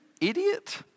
idiot